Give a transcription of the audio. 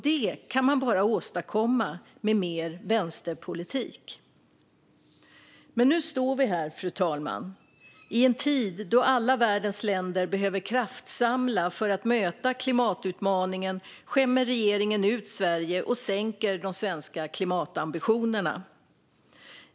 Det kan man bara åstadkomma med mer vänsterpolitik. Men nu står vi här, fru talman. I en tid då alla världens länder behöver kraftsamla för att kunna möta klimatutmaningen skämmer regeringen ut Sverige och sänker de svenska klimatambitionerna.